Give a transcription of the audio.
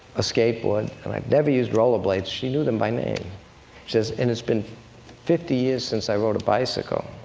a skateboard, and i've never used roller blades, she knew them by name she says, and it's been fifty years since i rode a bicycle.